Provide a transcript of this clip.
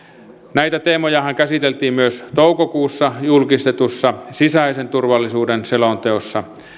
näitä teemojahan käsiteltiin myös toukokuussa julkistetussa sisäisen turvallisuuden selonteossa